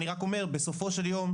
אני רק אומר בסופו של יום,